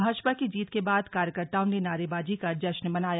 भाजपा की जीत के बाद कार्यकर्ताओं ने नारेबाजी कर जश्न मनाया